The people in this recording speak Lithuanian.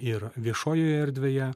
ir viešojoje erdvėje